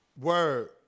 Word